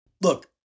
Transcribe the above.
Look